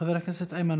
חבר הכנסת איימן